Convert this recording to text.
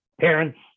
parents